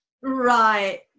Right